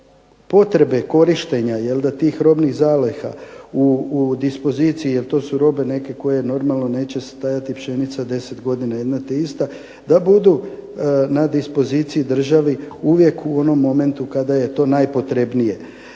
potrebe korištenja tih robnih zaliha u dispoziciji jer to su robe neke koje normalno neće stajati pšenica deset godina jedna te ista, da budu na dispoziciji državi uvijek u onom momentu kada je to najpotrebnije.